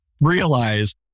realize